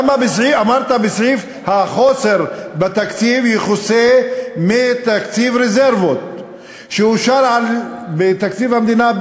אמרת בסעיף: החוסר בתקציב יכוסה מתקציב רזרבות שאושר בתקציב המדינה,